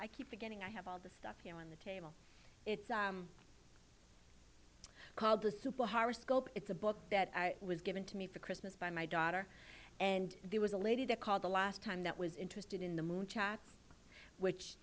i keep forgetting i have all this stuff you know on the table it's called the super horoscope it's a book that was given to me for christmas by my daughter and there was a lady there called the last time that was interested in the moon chat which